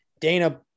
Dana